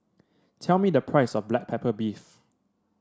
tell me the price of Black Pepper Beef